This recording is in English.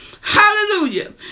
Hallelujah